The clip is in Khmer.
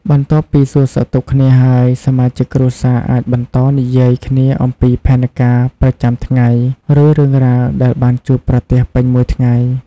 បន្ទាប់ពីសួរសុខទុក្ខគ្នាហើយ សមាជិកគ្រួសារអាចបន្តនិយាយគ្នាអំពីផែនការប្រចាំថ្ងៃ ឬរឿងរ៉ាវដែលបានជួបប្រទះពេញមួយថ្ងៃ។